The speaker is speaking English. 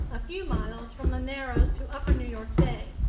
a few miles from the narrows to upper new york bay.